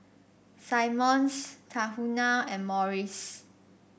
Simmons Tahuna and Morries